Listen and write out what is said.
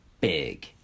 big